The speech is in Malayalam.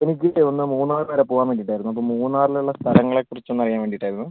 എനിക്കില്ലെ ഒന്ന് മൂന്നാർ വരെ പോവാൻ വേണ്ടീട്ടായിരുന്നു അപ്പം മൂന്നാറിലെ സ്ഥലങ്ങളെ കുറിച്ച് ഒന്ന് അറിയാൻ വേണ്ടീട്ടായിരുന്നു